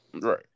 Right